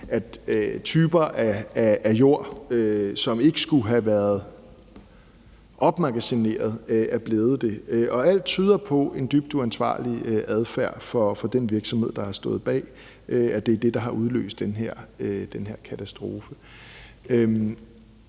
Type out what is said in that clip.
at typer af jord, som ikke skulle have været opmagasineret, er blevet det. Alt tyder på, at det er en dybt uansvarlig adfærd af den virksomhed, der har stået bag, der har udløst den her katastrofe.